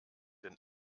den